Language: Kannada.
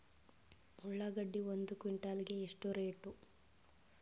ಉಳ್ಳಾಗಡ್ಡಿ ಒಂದು ಕ್ವಿಂಟಾಲ್ ಗೆ ಎಷ್ಟು ರೇಟು?